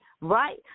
right